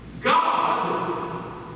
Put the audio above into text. God